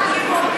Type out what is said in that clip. כמעט כופים עלינו,